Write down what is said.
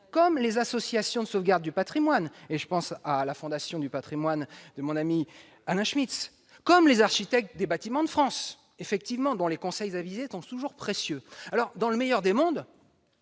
comme les associations de sauvegarde du patrimoine- je pense à la Fondation du patrimoine de mon ami Alain Schmitz -, et comme les architectes des Bâtiments de France, dont les conseils avisés donc toujours précieux. Dans le meilleur des mondes,